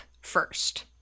first